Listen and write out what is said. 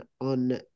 on